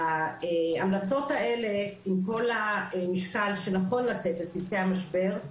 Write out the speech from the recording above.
ההמלצות האלה עם כל המשקל שנכון לתת לצוותי המשבר,